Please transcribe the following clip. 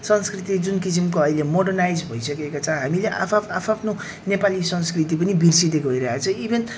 संस्कृति जुन किसिमको अहिले मोडर्नाइज भइसकेको छ हामीले आआफ् आआफ्नो नेपाली संस्कृति पनि बिर्सिदै गइरहेको छ इभेन